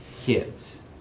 kids